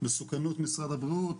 מסוכנות משרד הבריאות